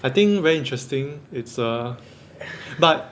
I think very interesting it's uh but